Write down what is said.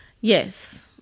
Yes